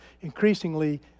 increasingly